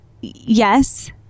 yes